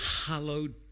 hallowed